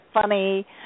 funny